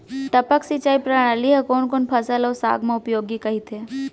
टपक सिंचाई प्रणाली ह कोन कोन फसल अऊ साग म उपयोगी कहिथे?